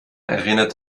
erinnert